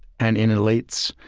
and in elites,